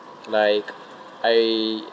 like I